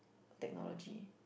or technology